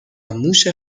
موش